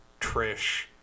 trish